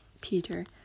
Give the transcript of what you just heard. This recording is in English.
Peter